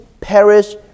perish